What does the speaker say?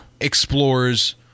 explores